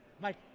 Mike